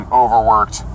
overworked